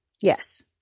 Yes